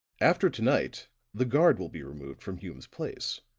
after to-night the guard will be removed from hume's place.